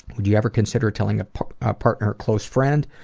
would you ever consider telling a ah partner or close friend?